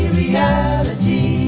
reality